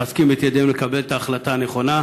אנחנו מחזקים את ידיהם לקבל את ההחלטה הנכונה,